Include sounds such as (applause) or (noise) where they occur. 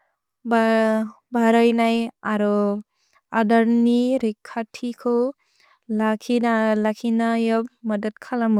(hesitation) बर जनै अरो अदर्नि रेक्कति को लकिन लकिन जो मदत् कलम।